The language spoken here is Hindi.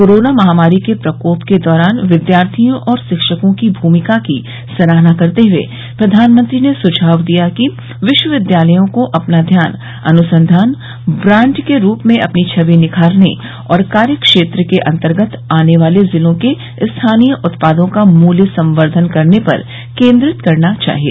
कोरोना महामारी के प्रकोप के दौरान विद्यार्थियों और शिक्षकों की भूमिका की सराहना करते हुए प्रधानमंत्री ने सुझाव दिया कि विश्वविद्यालयों को अपना ध्यान अन्संधान ब्रान्ड के रूप में अपनी छवि निखारने और अपने कार्य क्षेत्र के अंतर्गत आने वाले जिलों के स्थानीय उत्पादों का मूल्य संर्धन करने पर केन्द्रित करना चाहिए